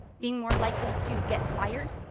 being more likely to get fired,